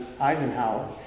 Eisenhower